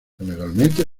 generalmente